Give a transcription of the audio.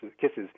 Kisses